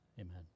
Amen